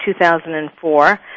2004